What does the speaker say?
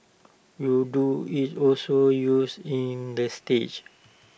Urdu is also used in the states